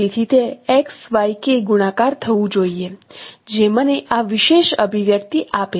તેથી તે ગુણાકાર થવું જોઈએ જે મને આ વિશેષ અભિવ્યક્તિ આપે